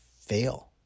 fail